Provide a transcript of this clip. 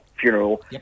funeral